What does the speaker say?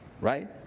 Right